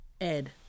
Ed